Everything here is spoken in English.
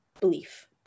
belief